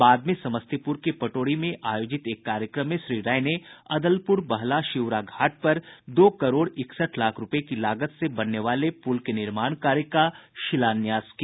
बाद में समस्तीपुर के पटोरी में आयोजित एक कार्यक्रम में श्री राय ने अदलपुर बलहा शिउरा घाट पर दो करोड़ इकसठ लाख रूपये की लागत से बनने वाले पुल के निर्माण कार्य का शिलान्यास किया